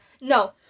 No